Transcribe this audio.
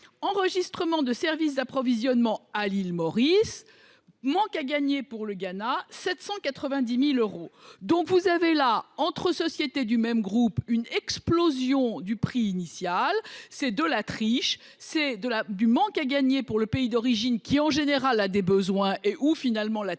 enregistrement de services d’approvisionnement à l’île Maurice. Manque à gagner pour le Ghana ? 790 000 euros ! Il y a là, entre sociétés du même groupe, une explosion du prix initial. C’est de la triche, du manque à gagner pour le pays d’origine, qui, en général, a des besoins. L’OCDE est d’accord